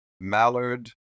mallard